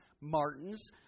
Martin's